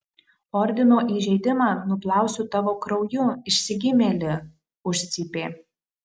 ordino įžeidimą nuplausiu tavo krauju išsigimėli užcypė